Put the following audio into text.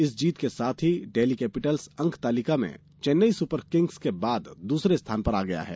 इस जीत के साथ ही डेल्ही कैपिटल्स अंक तालिका में चेन्नई सुपर किंग्स के बाद दूसरे स्थान पर आ गया है